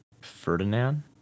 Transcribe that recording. Ferdinand